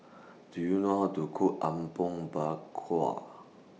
Do YOU know How to Cook Apom Berkuah